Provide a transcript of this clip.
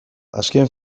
azken